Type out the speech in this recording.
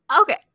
Okay